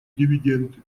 дивиденды